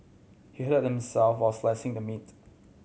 he hurt himself while slicing the meat